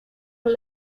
out